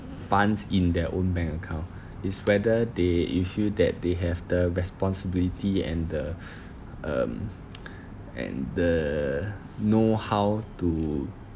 funds in their own bank account it's whether they you feel that they have the responsibility and the um and the know how to